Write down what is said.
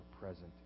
present